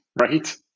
right